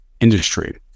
industry